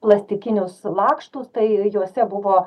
plastikinius lakštus tai juose buvo